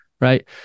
right